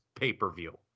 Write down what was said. pay-per-view